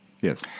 Yes